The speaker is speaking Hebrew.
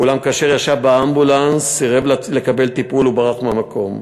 אולם כאשר ישב באמבולנס סירב לקבל טיפול וברח מהמקום.